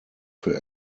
für